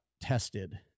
tested